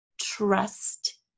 trust